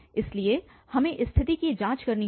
इसलिए हमें स्थिति की जाँच करनी होगी